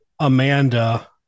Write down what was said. Amanda